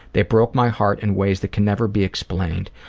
they broke my heart in ways that can never be explained.